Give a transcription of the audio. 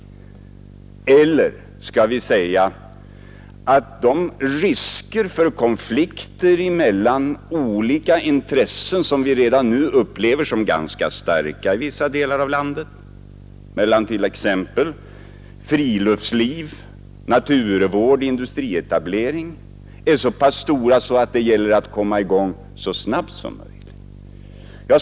Eller skall vi säga att de risker för konflikter mellan olika intressen om våra naturresurser, som vi redan nu upplever som starka i vissa delar av lander, är så stora och att det gäller att komma i gång så snabbt som möjligt med en aktiv planering?